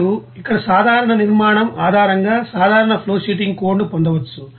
మీరు ఇక్కడ సాధారణ నిర్మాణం ఆధారంగా సాధారణ ఫ్లోషీటింగ్ కోడ్ను పొందవచ్చు